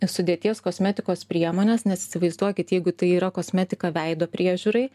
sudėties kosmetikos priemonės nes įsivaizduokit jeigu tai yra kosmetika veido priežiūrai